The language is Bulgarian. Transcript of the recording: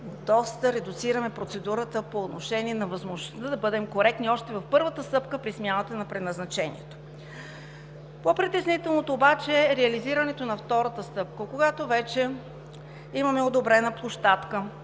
доста редуцираме процедурата по отношение на възможността да бъдем коректни още в първата стъпка при смяната на предназначението. По-притеснителното обаче е реализирането на втората стъпка – когато вече имаме одобрена площадка,